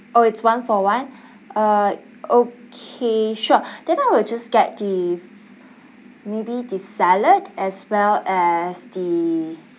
oh it's one for one uh okay sure then I will just get the maybe the salad as well as the